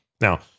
Now